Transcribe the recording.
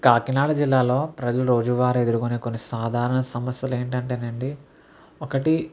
కాకినాడ జిల్లాలో ప్రజలు రోజు వారి ఎదుర్కొనే కొన్ని సాధారణ సమస్యలు ఏంటి అంటే అండి ఒకటి